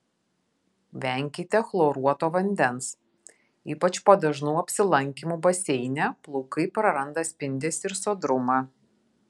venkite chloruoto vandens ypač po dažnų apsilankymų baseine plaukai praranda spindesį ir sodrumą